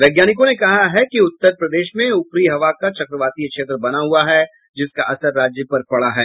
वैज्ञानिकों ने कहा कि उत्तर प्रदेश में ऊपरी हवा का चक्रवातीय क्षेत्र बना हुआ है जिसका असर राज्य पर पड़ा है